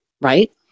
right